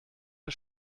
der